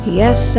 yes